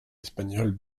espagnol